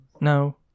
No